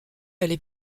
aller